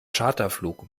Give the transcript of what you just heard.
charterflug